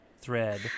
thread